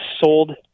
sold